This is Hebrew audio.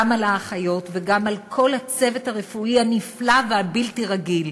גם על האחיות וגם על כל הצוות הרפואי הנפלא והבלתי-רגיל.